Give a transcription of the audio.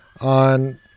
on